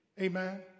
Amen